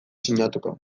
sinatuko